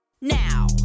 now